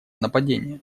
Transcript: нападения